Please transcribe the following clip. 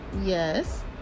Yes